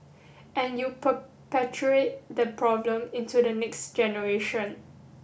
and you perpetuate the problem into the next generation